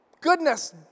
goodness